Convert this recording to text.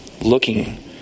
looking